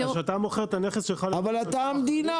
כשאתה מוכר את הנכס שלך -- אבל אתה המדינה,